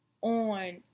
on